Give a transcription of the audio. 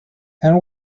and